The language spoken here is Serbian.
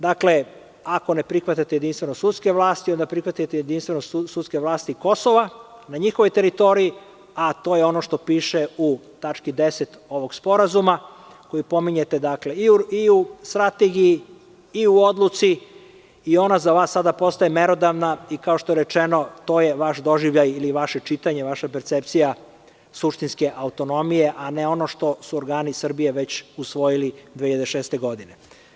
Dakle, ako ne prihvatate jedinstvo sudske vlasti onda prihvatite jedinstvo sudske vlasti Kosova na njihovoj teritoriji, a to je ono što piše u tački 10. ovog sporazuma koji pominjete i u Strategiji i u odluci i ona za vas sada postaje merodavna i kao što je rečeno to je vaš doživljaj ili vaše čitanje, vaša percepcija suštinske autonomije, a ne ono što su organi Srbije već usvojili 2006. godine.